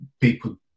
people